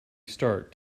start